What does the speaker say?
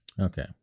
Okay